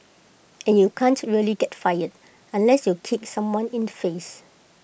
and you can't really get fired unless you kicked someone in the face